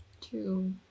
Two